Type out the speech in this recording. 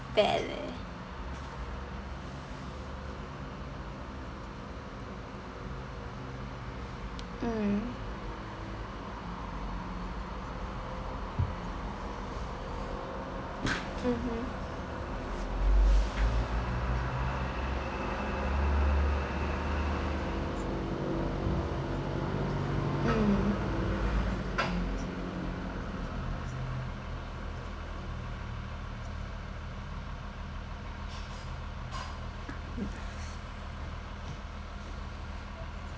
bad leh mm mmhmm mm